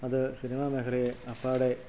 അത് സിനിമ മേഘലയെ അപ്പാടെ